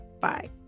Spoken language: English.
Bye